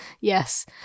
Yes